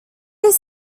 his